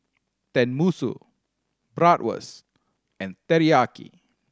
Tenmusu Bratwurst and Teriyaki